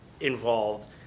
involved